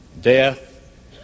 death